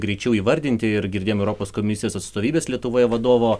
greičiau įvardinti ir girdėjom europos komisijos atstovybės lietuvoje vadovo